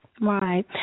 Right